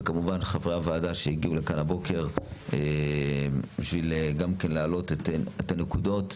וכמובן חברי הוועדה שהגיעו לכאן הבוקר גם בשביל להעלות את הנקודות.